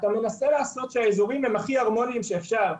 אתה מנסה לעשות שהאזורים יהיו הכי הרמוניים שאפשר,